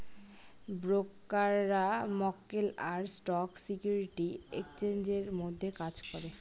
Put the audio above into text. ব্রোকাররা মক্কেল আর স্টক সিকিউরিটি এক্সচেঞ্জের মধ্যে কাজ করে